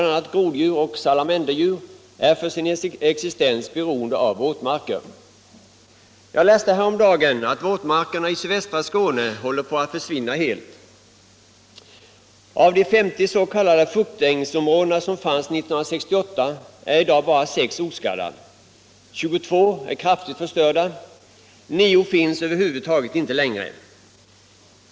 a. groddjur och salamanderdjur är för sin existens beroende av våtmarker. Jag läste häromdagen att våtmarkerna i sydvästra Skåne håller på att försvinna helt. Av de 50 s.k. fuktängsområden som fanns 1968 är i dag bara sex oskadda. 22 är kraftigt förstörda, nio finns över huvud taget inte längre.